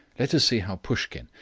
let us see how pushkin,